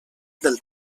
del